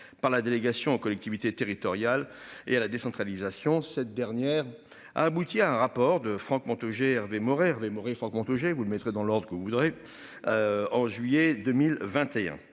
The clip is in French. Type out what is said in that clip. par la délégation aux collectivités territoriales et à la décentralisation. Cette dernière a abouti à un rapport de Franck Montaugé, Hervé Maurey Hervé Maurice son compte j'ai vous le mettrez dans l'ordre que vous voudrez. En juillet 2021